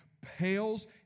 pales